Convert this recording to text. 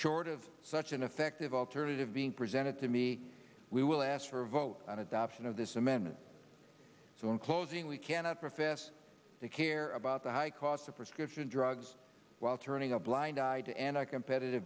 short of such an effective alternative being presented to me we will ask for a vote on adoption of this amendment so in closing we cannot profess to care about the high cost of prescription drugs while turning a blind eye to and i competitive